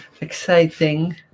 exciting